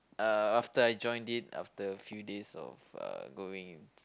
uh after I joined it after a few days of uh going